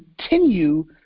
continue